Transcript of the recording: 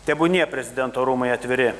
tebūnie prezidento rūmai atviri